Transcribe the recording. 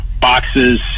boxes